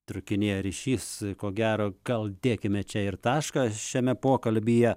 trūkinėja ryšys ko gero gal dėkime čia ir tašką šiame pokalbyje